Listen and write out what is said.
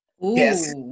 Yes